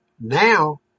Now